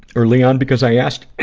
early on, because i asked,